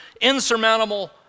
insurmountable